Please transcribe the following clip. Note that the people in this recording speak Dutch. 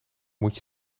moet